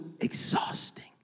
exhausting